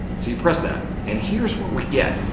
so, you press that and here's what we get,